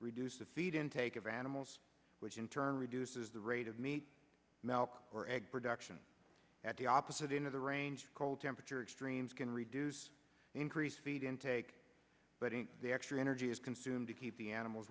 reduce the feed intake of animals which in turn reduces the rate of meat milk or egg production at the opposite end of the range cold temperature extremes can reduce the increased speed intake but the actual energy is consumed to keep the animals